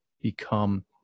become